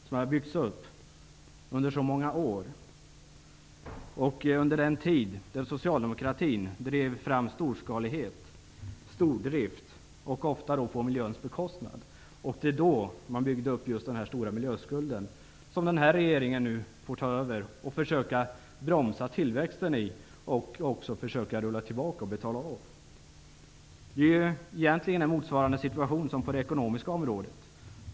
Den har byggts upp under så många år under den tid då socialdemokratin drev fram storskalighet och stordrift ofta på miljöns bekostnad. Då byggdes den stora miljöskulden upp som denna regering nu får ta över, försöka bromsa tillväxten på och betala av. Motsvarande situation råder på det ekonomiska området.